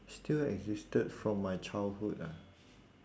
still existed from my childhood ah